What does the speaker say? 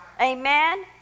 Amen